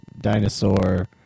dinosaur